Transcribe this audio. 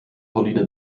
pauline